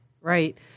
Right